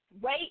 Wait